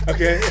Okay